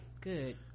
good